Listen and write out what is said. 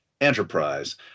Enterprise